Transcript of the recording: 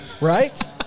right